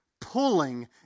Pulling